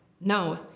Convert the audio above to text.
No